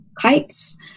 kites